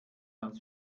als